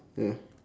ya